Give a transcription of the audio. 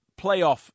playoff